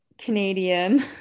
canadian